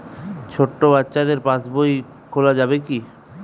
ছোট বাচ্চাদের পাশবই খোলা যাবে কি?